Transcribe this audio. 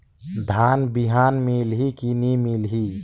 धान बिहान मिलही की नी मिलही?